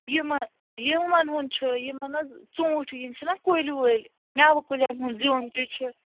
یِمن یِمن ہُنٛد چھُ یِمن حظ ژوٗنٛٹھۍ یِم چھِناہ کُلۍ وُلۍ مٮ۪وٕ کُلٮ۪ن ہُنٛد زیُن تہِ چھُ